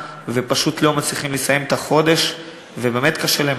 ופשוט לא מצליחים לסיים את החודש ובאמת קשה להם.